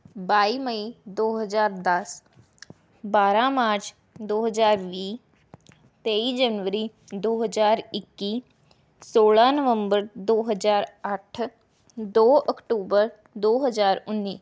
ਬਾਈ ਮਈ ਦੋ ਹਜ਼ਾਰ ਦਸ ਬਾਰ੍ਹਾਂ ਮਾਰਚ ਦੋ ਹਜ਼ਾਰ ਵੀਹ ਤੇਈ ਜਨਵਰੀ ਦੋ ਹਜ਼ਾਰ ਇੱਕੀ ਸੋਲਾਂ ਨਵੰਬਰ ਦੋ ਹਜ਼ਾਰ ਅੱਠ ਦੋ ਅਕਤੂਬਰ ਦੋ ਹਜ਼ਾਰ ਉੱਨੀ